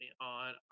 on